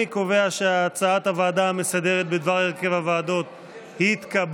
אני קובע שהצעת הוועדה המסדרת בדבר הרכב הוועדות התקבלה.